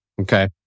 Okay